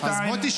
שתיים,